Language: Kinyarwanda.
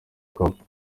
couple